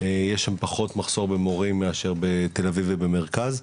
יש שם פחות מחסור במורים מאשר בתל אביב ובמרכז.